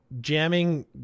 jamming